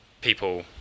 people